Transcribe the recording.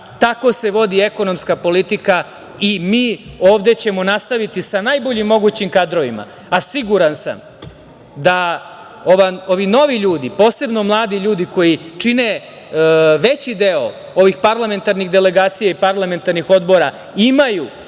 tako se vodi ekonomska politika i mi ovde ćemo nastaviti sa najboljim mogućim kadrovima, a siguran sam da ovi novi ljudi, posebno mladi ljudi koji čine veći deo ovih parlamentarnih delegacija i parlamentarnih odbora imaju